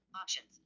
options